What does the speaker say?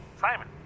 Simon